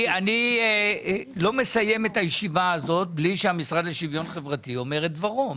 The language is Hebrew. אני לא מסיים את הישיבה הזאת בלי שהמשרד לשוויון חברתי אומר את דברו.